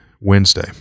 Wednesday